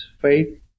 faith